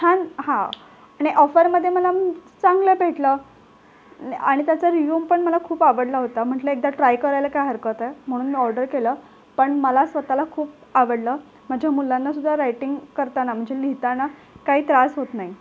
छान हा आणि ऑफरमध्ये मला चांगलं भेटलं आणि त्याचा रिव्ह्यू पण मला खूप आवडला होता म्हटलं एकदा ट्राय करायला काय हरकत आहे म्हणून मी ऑर्डर केलं पण मला स्वतःला खूप आवडलं माझ्या मुलांनासुद्धा रायटिंग करताना म्हणजे लिहिताना काही त्रास होत नाही